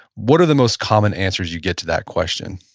what are the most common answers you get to that question?